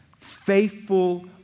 Faithful